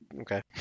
okay